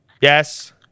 Yes